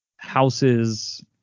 Houses